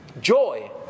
joy